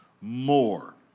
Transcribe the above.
more